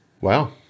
Wow